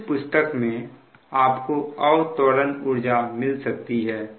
कुछ पुस्तक में आपको अवत्वरण ऊर्जा मिल सकती है